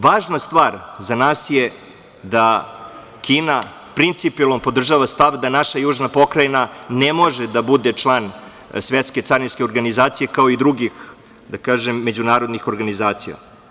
Važna stvar za nas je da Kina principijelno podržava stav da naša južna pokrajina ne može da bude član Svetske carinske organizacije, kao i drugih međunarodnih organizacija.